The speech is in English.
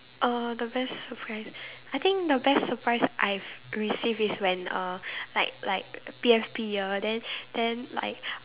uh the best surprise I think the best surprise I've received is when uh like like P_F_P year then then like